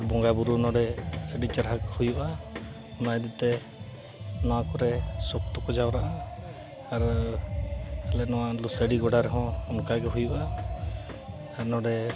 ᱵᱚᱸᱜᱟ ᱵᱳᱨᱳ ᱱᱚᱰᱮ ᱟᱹᱰᱤ ᱪᱮᱨᱦᱟ ᱠᱚ ᱦᱩᱭᱩᱜᱼᱟ ᱚᱱᱟ ᱤᱫᱤᱛᱮ ᱱᱚᱣᱟ ᱠᱚᱨᱮᱜ ᱥᱚᱠᱛᱚ ᱠᱚ ᱡᱟᱣᱨᱟᱜᱼᱟ ᱟᱨ ᱱᱚᱣᱟ ᱞᱩᱥᱟᱹᱭᱰᱤ ᱜᱚᱰᱟ ᱨᱮ ᱦᱚᱸ ᱚᱱᱠᱟᱜᱮ ᱦᱩᱭᱩᱜᱼᱟ ᱟᱨ ᱱᱚᱰᱮ